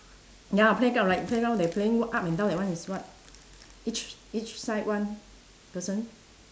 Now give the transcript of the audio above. ya lah playground like playground they playing what up and down that one is what each each side one person